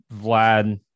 Vlad